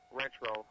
retro